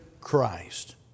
Christ